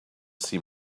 see